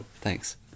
Thanks